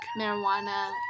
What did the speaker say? Marijuana